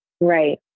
Right